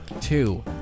two